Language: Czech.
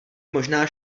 možná